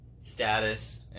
status